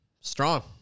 Strong